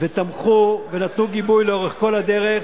ותמכו, ונתנו גיבוי לאורך כל הדרך,